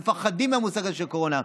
והם מפחדים מהמושג הזה של קורונה,